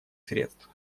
средств